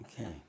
Okay